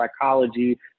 psychology